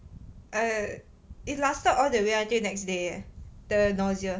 it lasted all the way until next day leh the nausea